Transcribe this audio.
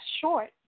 short